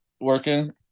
working